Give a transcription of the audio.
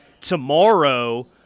tomorrow